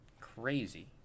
crazy